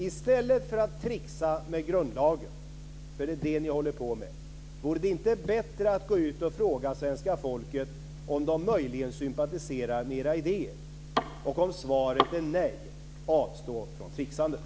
I stället för att tricksa med grundlagen - det är nämligen det som ni håller på med - vore det inte bättre att gå ut och fråga svenska folket om de möjligen sympatiserar med era idéer? Och om svaret är nej, avstå från tricksandet.